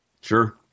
Sure